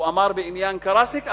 הוא אמר בעניין קרסיק,